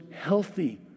healthy